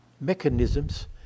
mechanisms